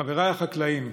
חבריי החקלאים,